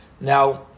Now